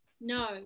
No